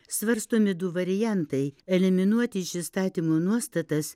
svarstomi du variantai eliminuoti iš įstatymo nuostatas